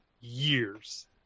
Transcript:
years